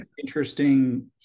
interesting